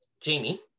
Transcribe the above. Jamie